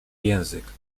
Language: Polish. język